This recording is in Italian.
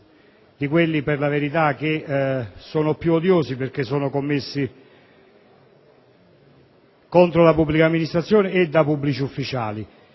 dei reati per la verità più odiosi, perché commessi contro la pubblica amministrazione e da pubblici ufficiali.